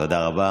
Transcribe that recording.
תודה רבה.